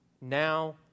Now